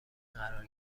قرار